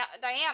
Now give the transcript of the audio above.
Diana